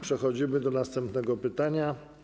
Przechodzimy do następnego pytania.